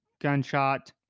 Gunshot